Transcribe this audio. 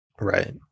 Right